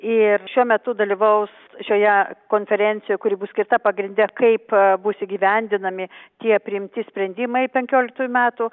ir šiuo metu dalyvaus šioje konferencijoje kuri bus skirta pagrinde kaip bus įgyvendinami tie priimti sprendimai penkioliktųjų metų